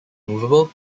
moveable